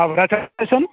હા વરાછા સ્ટેશન